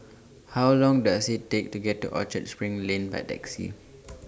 How Long Does IT Take to get to Orchard SPRING Lane By Taxi